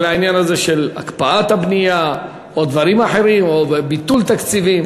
העניין הזה של הקפאת הבנייה או דברים אחרים או ביטול תקציבים.